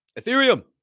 Ethereum